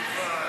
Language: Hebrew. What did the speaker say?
אפשר להצביע?